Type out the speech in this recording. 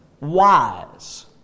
wise